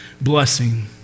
blessing